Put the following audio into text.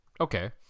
okay